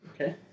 Okay